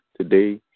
today